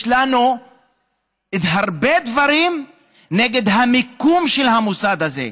יש לנו הרבה דברים נגד המיקום של המוסד הזה,